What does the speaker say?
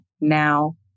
now